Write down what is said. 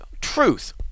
truth